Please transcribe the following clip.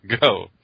go